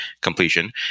completion